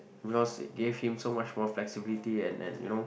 because it gave him so much more flexibility and and you know